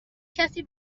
کسی